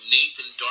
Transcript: Nathan